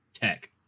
tech